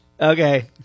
Okay